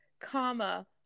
comma